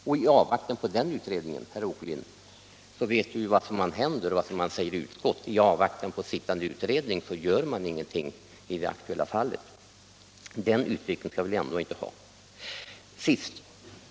Vi vet ju vad som händer, herr Åkerlind, och vad man säger i utskotten: I avvaktan på sittande utredning gör man ingenting i det aktuella fallet. Den utvecklingen skall vi väl ändå inte ha.